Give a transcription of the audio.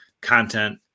content